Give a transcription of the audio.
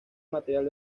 material